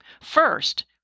First